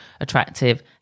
attractive